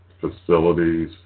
facilities